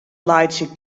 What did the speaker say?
laitsje